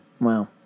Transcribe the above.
Wow